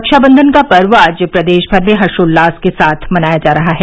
रक्षाबंधन का पर्व आज प्रदेश भर में हर्षोल्लास के साथ मनाया जा रहा है